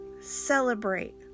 celebrate